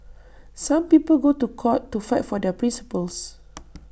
some people go to court to fight for their principles